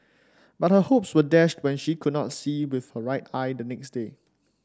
but her hopes were dashed when she could not see with her right eye the next day